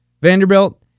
Vanderbilt